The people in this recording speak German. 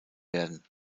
werden